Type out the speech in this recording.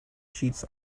sheets